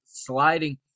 Sliding